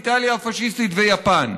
איטליה הפשיסטית ויפן,